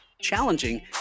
challenging